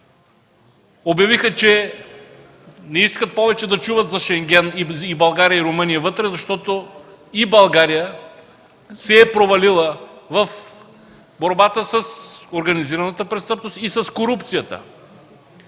обявиха, че не искат повече да чуват за Шенген с България и Румъния вътре, защото и България се е провалила в борбата с организираната престъпност и с корупцията.